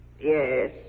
Yes